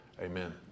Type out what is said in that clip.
Amen